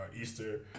Easter